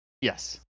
Yes